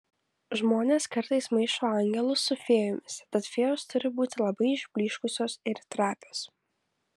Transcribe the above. žmonės kartais maišo angelus su fėjomis tad fėjos turi būti labai išblyškusios ir trapios